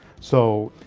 so,